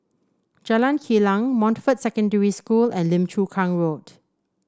Jalan Kilang Montfort Secondary School and Lim Chu Kang Road